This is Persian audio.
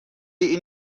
این